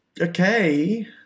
okay